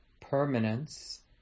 permanence